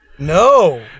No